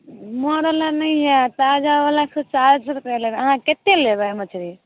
मरल आओर नहि हइ ताजावला एक सओ साठि रुपैए लगाएब अहाँ कतेक लेबै मछरी